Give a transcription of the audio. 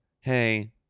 hey